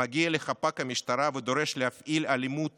מגיע לחפ"ק המשטרה ודורש להפעיל אלימות